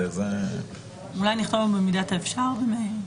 אולי נכתוב במידת האפשר במייל.